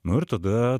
nu ir tada